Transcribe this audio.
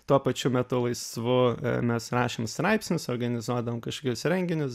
tuo pačiu metu laisvu mes rašėm straipsnius organizuodavom kažkokius renginius